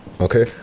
Okay